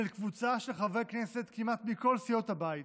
של קבוצה של חברי כנסת כמעט מכל סיעות הבית,